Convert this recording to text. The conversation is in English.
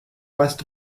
west